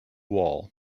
wall